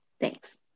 Thanks